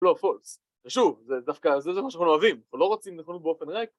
לא פולס, ושוב זה דווקא זה שאנחנו אוהבים, אנחנו לא רוצים נכונות באופן רגע